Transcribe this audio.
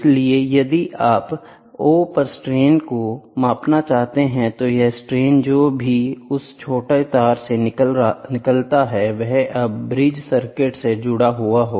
इसलिए यदि आप O पर स्ट्रेन को मापना चाहते हैं तो यह स्ट्रेन जो भी उस छोटे तार से निकलता है वह अब ब्रिज सर्किट से जुड़ा हुआ है